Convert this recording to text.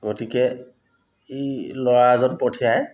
গতিকে এই ল'ৰা এজন পঠিয়াই